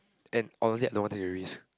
and honestly no one take the risk